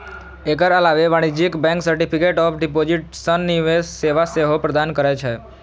एकर अलावे वाणिज्यिक bank certificate of deposit सन निवेश सेवा सेहो प्रदान करै छै